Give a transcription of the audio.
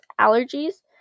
allergies